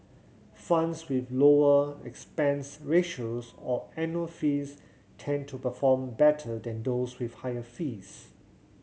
funds with lower expense ratios or annual fees tend to perform better than those with higher fees